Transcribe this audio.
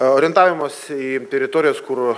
orientavimosi teritorijos kur